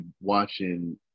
watching